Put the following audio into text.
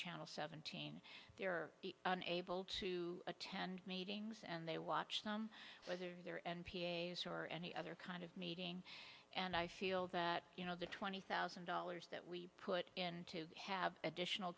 channel seventeen they are able to attend meetings and they watch them whether they're n p a or any other kind of meeting and i feel that you know the twenty thousand dollars that we put in to have additional